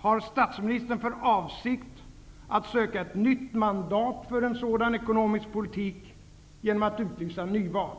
Har statsministern för avsikt att söka ett nytt mandat för en sådan ekonomisk politik genom att utlysa nyval?